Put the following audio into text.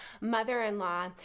mother-in-law